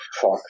fuck